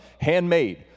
Handmade